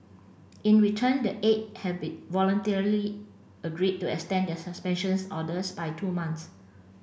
in return the eight have be voluntarily agreed to extend their suspensions orders by two months